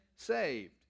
Saved